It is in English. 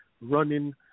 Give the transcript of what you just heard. running